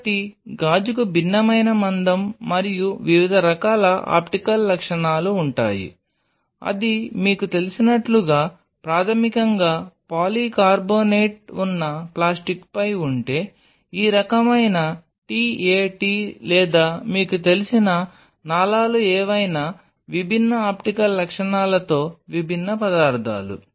కాబట్టి గాజుకు భిన్నమైన మందం మరియు వివిధ రకాల ఆప్టికల్ లక్షణాలు ఉంటాయి అది మీకు తెలిసినట్లుగా ప్రాథమికంగా పాలికార్బోనేట్ ఉన్న ప్లాస్టిక్పై ఉంటే ఈ రకమైన t a t లేదా మీకు తెలిసిన నాళాలు ఏవైనా విభిన్న ఆప్టికల్ లక్షణాలతో విభిన్న పదార్థాలు